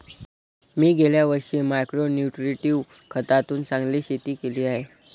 मी गेल्या वर्षी micro nutritive खतातून चांगले शेती केली आहे